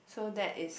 so that is